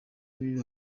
biba